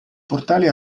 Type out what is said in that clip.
portale